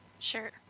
Sure